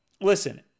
Listen